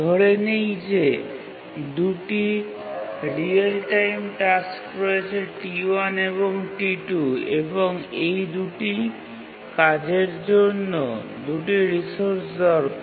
ধরে নিই যে দুটি রিয়েল টাইম টাস্ক রয়েছে T1 এবং T2 এবং এই দুটি কাজের জন্য দুটি রিসোর্স দরকার